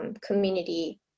Community